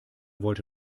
wollte